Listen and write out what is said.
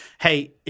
hey